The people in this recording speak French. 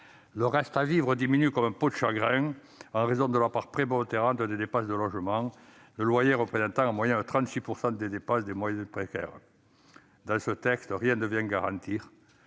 Le reste à vivre diminue comme peau de chagrin, en raison de la part prépondérante des dépenses de logement, le loyer représentant en moyenne 36 % des dépenses des ménages précaires. Dans ce texte, rien ne vient garantir